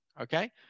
Okay